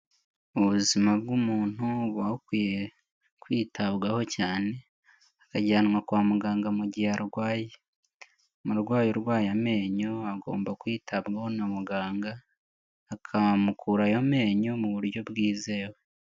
Ubuzima bw'umuntu buba bukwiye kwitabwaho cyane. Akajyanwa kwa muganga mu gihe arwaye. Umurwayi urwaye amenyo agomba kwitabwaho na muganga, akamukura ayo menyo mu buryo bwizewe.